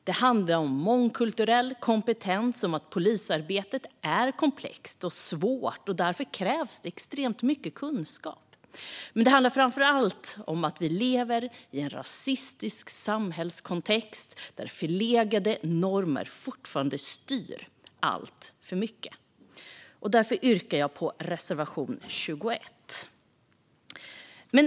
Det handlar om mångkulturell kompetens och om att polisarbetet är komplext och svårt. Därför krävs det extremt mycket kunskap. Men det handlar framför allt om att vi lever i en rasistisk samhällskontext där förlegade normer fortfarande styr alltför mycket. Därför yrkar jag bifall till reservation 21.